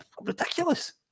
ridiculous